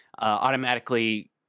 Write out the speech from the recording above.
automatically